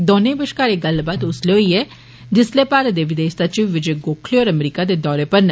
दौनें बष्कार एह् गल्लबात उस्सलै होई जिस्सले भारत दे विदेष सचिव विजय गोखले होर अमरीका दे दौरे पर न